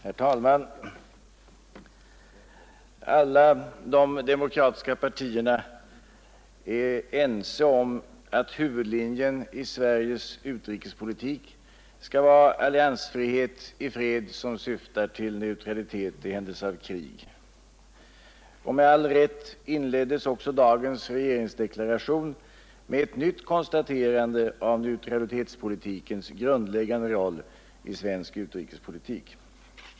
Herr talman! Alla de demokratiska partierna är ense om att huvudlinjen i Sveriges utrikespolitik skall vara alliansfrihet i fred som syftar till neutralitet i händelse av krig. Med all rätt inleddes också dagens regeringsdeklaration med ett nytt konstaterande av neutralitetspolitikens grundläggande roll i svensk utrikespolitik.